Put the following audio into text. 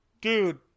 Dude